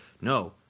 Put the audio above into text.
No